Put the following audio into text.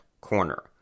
CORNER